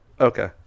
Okay